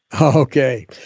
Okay